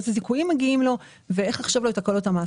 איזה זיכויים מגיעים לו ואיך לחשב לו את הקלות המס.